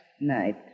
night